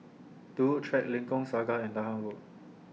Turut Track Lengkok Saga and Dahan Road